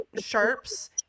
sharps